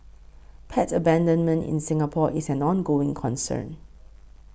pet abandonment in Singapore is an ongoing concern